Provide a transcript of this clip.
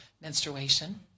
menstruation